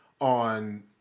on